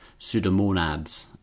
Pseudomonads